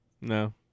No